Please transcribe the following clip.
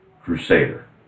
crusader